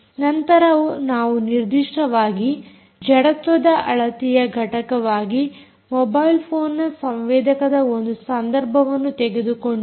ನಂತರ ನಾವು ನಿರ್ದಿಷ್ಟವಾಗಿ ಜಡತ್ವದ ಅಳತೆಯ ಘಟಕವಾಗಿ ಮೊಬೈಲ್ ಫೋನ್ನ ಸಂವೇದಕದ ಒಂದು ಸಂದರ್ಭವನ್ನು ತೆಗೆದುಕೊಂಡಿದ್ದೇವೆ